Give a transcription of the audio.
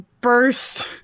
burst